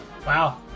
wow